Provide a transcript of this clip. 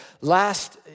last